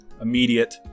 immediate